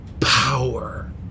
power